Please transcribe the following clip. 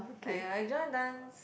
eh I join dance